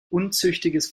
unzüchtiges